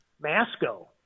Masco